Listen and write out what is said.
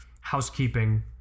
housekeeping